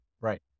Right